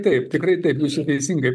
taip tikrai taip teisingai